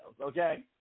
Okay